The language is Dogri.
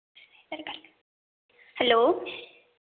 हैल्लो